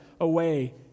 away